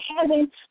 heaven